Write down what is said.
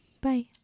bye